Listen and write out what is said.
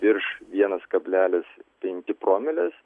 virš vienas kablelis penki promilės